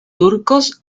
turcos